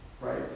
right